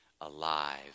alive